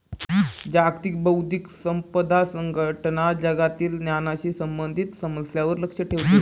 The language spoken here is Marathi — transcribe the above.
जागतिक बौद्धिक संपदा संघटना जगातील ज्ञानाशी संबंधित समस्यांवर लक्ष ठेवते